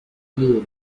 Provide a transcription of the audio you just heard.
meal